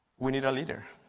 we need a leader.